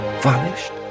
vanished